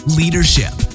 leadership